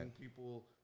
people